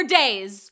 days